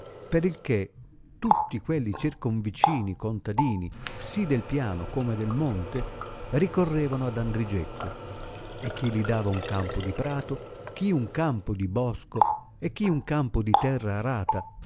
il che tutti quelli circonvicini contadini sì del piano come del monte ricorrevano ad andrigetto e che gli dava un campo di prato chi un campo di bosco e chi un campo di terra arata